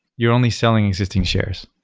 you're only selling existing shares.